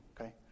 okay